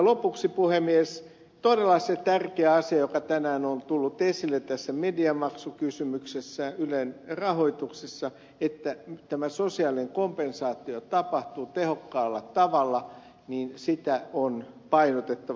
lopuksi puhemies todella on tärkeä asia se mikä tänään on tullut esille tässä mediamaksukysymyksessä ylen rahoituksessa että tämä sosiaalinen kompensaatio tapahtuu tehokkaalla tavalla sitä on painotettava